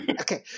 Okay